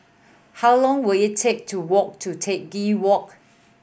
how long will it take to walk to Teck Walk